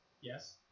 Yes